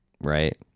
right